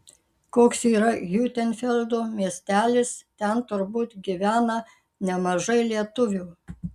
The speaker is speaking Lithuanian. koks yra hiutenfeldo miestelis ten turbūt gyvena nemažai lietuvių